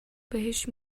بهش